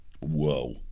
Whoa